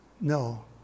No